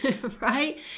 right